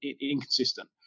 inconsistent